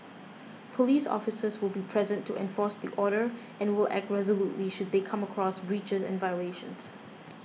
police officers will be present to enforce the order and will act resolutely should they come across breaches and violations